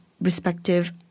respective